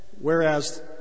Whereas